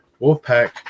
wolfpack